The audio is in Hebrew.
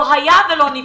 לא היה ולא נברא.